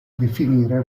definire